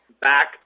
back